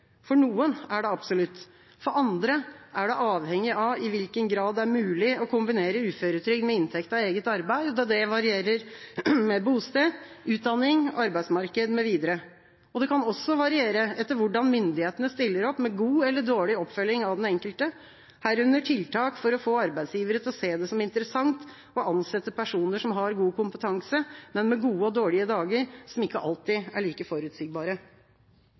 For noen er det absolutt, for andre er det avhengig av i hvilken grad det er mulig å kombinere uføretrygd med inntekt av eget arbeid, da dette varierer med bosted, utdanning, arbeidsmarked mv. Det kan også variere etter hvordan myndighetene stiller opp med god eller dårlig oppfølging av den enkelte, herunder tiltak for å få arbeidsgivere til å se det som interessant å ansette personer som har god kompetanse, men med gode og dårlige dager, som ikke alltid er like forutsigbare.